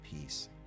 peace